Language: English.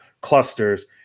clusters